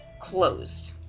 closed